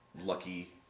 lucky